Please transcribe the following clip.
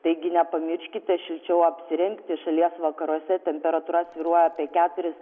taigi nepamirškite šilčiau apsirengti šalies vakaruose temperatūra svyruoja apie keturis